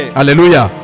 Hallelujah